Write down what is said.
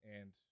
And-